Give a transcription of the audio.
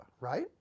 right